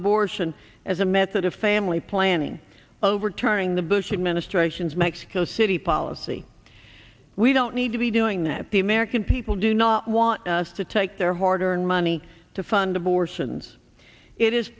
abortion as a method of family planning overturning the bush administration's mexico city policy we don't need to be doing that the american people do not want us to take their hard earned money to fund abortions it is